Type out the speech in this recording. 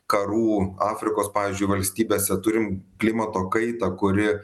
karų afrikos pavyzdžiui valstybėse turim klimato kaitą kuri